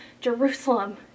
Jerusalem